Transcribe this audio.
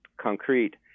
concrete